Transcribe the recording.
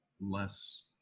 less